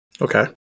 Okay